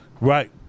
Right